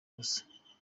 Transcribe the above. busa